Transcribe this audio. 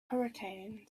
hurricanes